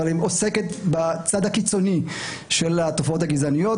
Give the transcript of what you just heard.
אבל היא עוסקת בצד הקיצוני של התופעות הגזעניות,